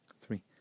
three